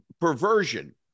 perversion